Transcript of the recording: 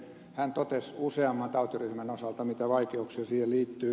hän totesi useamman tautiryhmän osalta mitä vaikeuksia siihen liittyy